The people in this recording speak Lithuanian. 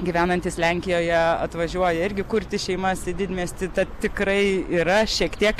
gyvenantys lenkijoje atvažiuoja irgi kurti šeimas į didmiestį tad tikrai yra šiek tiek